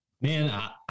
Man